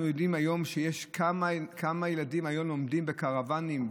אנחנו יודעים כמה ילדים לומדים בקרוואנים,